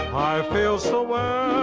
feel so welcome